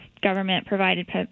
government-provided